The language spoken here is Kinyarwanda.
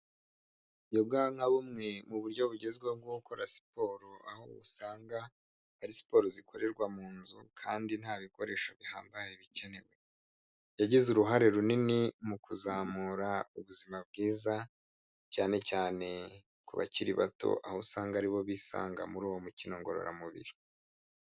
Yoga nka bumwe bumwe mu buryo bugezweho bwo gukora siporo, aho usanga, ari siporo zikorerwa mu nzu kandi nta bikoresho bihambaye bikenewe, yagize uruhare runini mu kuzamura ubuzima bwiza, cyane cyane ku bakiri bato aho usanga aribo bisanga muri uwo mukino ngororamubiri.